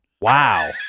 Wow